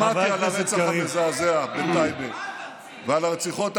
שמעתי על הרצח המזעזע ועל הרציחות האחרות,